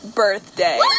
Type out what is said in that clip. birthday